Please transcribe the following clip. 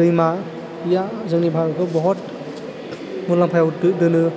दैमाया जोंनि भारतखौ बहद मुलाम्फायाव दो दोनो